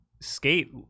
Skate